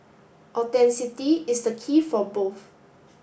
is the key for both